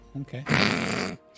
Okay